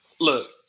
Look